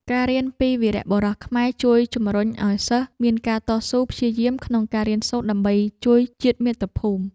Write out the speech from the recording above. ការរៀនពីវីរបុរសខ្មែរជួយជំរុញឱ្យសិស្សមានការតស៊ូព្យាយាមក្នុងការរៀនសូត្រដើម្បីជួយជាតិមាតុភូមិ។